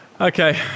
Okay